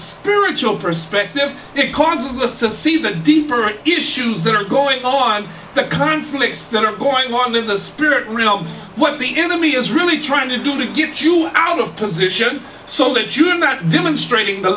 spiritual perspective it causes us to see the deeper issues that are going on the conflicts that are going on in the spirit really what the enemy is really trying to do to get you out of position so that you're not demonstrating the